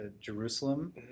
Jerusalem